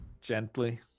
Gently